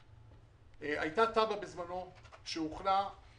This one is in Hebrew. הפנים דאז אלי ישי והוא סירב לחתום על התב"ע.